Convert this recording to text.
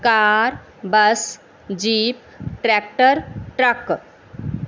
car bus jeep tractor truck